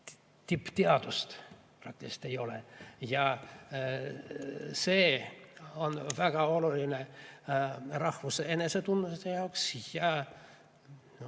tippteadust neil praktiliselt ei ole. See on väga oluline rahvuse enesetunde jaoks